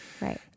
Right